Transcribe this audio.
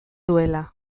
duela